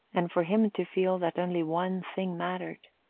and for him to feel that only one thing mattered.